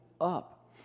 up